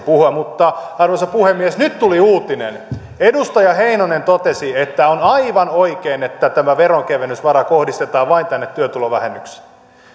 puhua arvoisa puhemies nyt tuli uutinen edustaja heinonen totesi että on aivan oikein että tämä veronkevennysvara kohdistetaan vain tänne työtulovähennyksiin